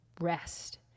rest